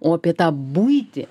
o apie tą buitį